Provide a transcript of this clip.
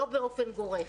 לא באופן גורף.